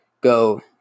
go